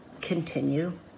continue